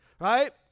Right